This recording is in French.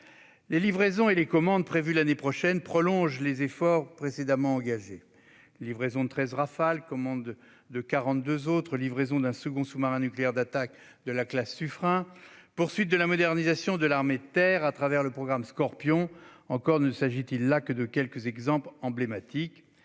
Les livraisons et commandes prévues l'année prochaine prolongent les efforts précédemment engagés : livraison de 13 Rafale et commande de 42 autres ; livraison d'un second sous-marin nucléaire d'attaque de classe Suffren ; poursuite de la modernisation de l'armée de terre au travers du programme Scorpion. Encore ne s'agit-il là que de quelques exemples emblématiques.